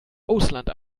ausland